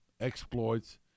exploits